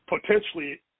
Potentially